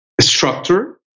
structure